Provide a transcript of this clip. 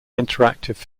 interactive